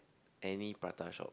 any prata shop